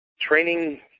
training